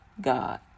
God